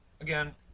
Again